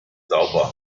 sauber